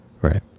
right